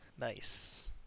Nice